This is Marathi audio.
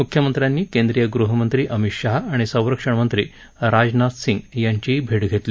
मुख्यमंत्र्यांनी केंद्रीय गृहमंत्री अमित शाह आणि संरक्षण मंत्री राजनाथसिंह यांचीही भेट घेतली